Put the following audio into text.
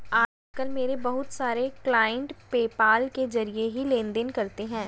आज कल मेरे बहुत सारे क्लाइंट पेपाल के जरिये ही लेन देन करते है